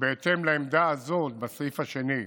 בהתאם לעמדה הזו, בסעיף השני,